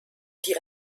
die